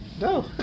No